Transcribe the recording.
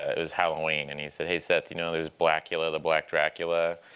ah it was halloween, and he said, hey seth, do you know there's blackula the black dracula?